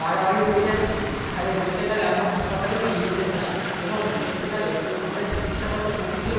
বাড়াবাড়ি হয়ে যাচ্ছে তাহলে বলতে গেলে আমরা হাসপাতালেও নিয়ে যেতে যাই এবং দেখতে গেলে আমরা চিকিৎসাগত প্রকৃতিও